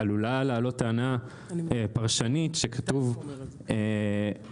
עלולה לעלות טענה פרשנית שכתוב שמגדל